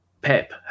Pep